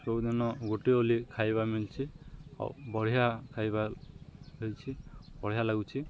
ସବୁଦିନ ଗୋଟେ ଓଳି ଖାଇବା ମିଳୁଛିି ଆଉ ବଢ଼ିଆ ଖାଇବା ହେଇଛି ବଢ଼ିଆ ଲାଗୁଛି